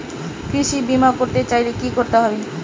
কৃষি বিমা করতে চাইলে কি করতে হবে?